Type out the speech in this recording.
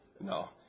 No